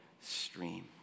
stream